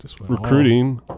Recruiting